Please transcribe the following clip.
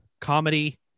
comedy